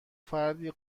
فردی